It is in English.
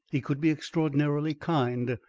he could be extraordinarily kind,